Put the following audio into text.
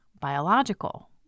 biological